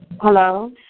Hello